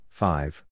five